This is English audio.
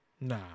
Nah